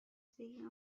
speaking